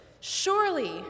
Surely